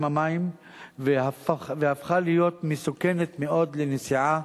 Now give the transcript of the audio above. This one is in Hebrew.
המים והפכה להיות מסוכנת מאוד לנסיעה